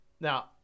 Now